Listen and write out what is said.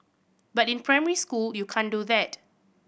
but in primary school you can't do that